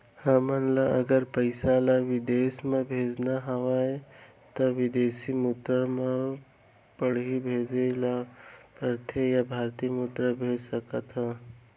हमन ला अगर पइसा ला विदेश म भेजना हवय त विदेशी मुद्रा म पड़ही भेजे ला पड़थे या भारतीय मुद्रा भेज सकथन का?